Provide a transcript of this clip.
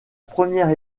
première